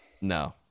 No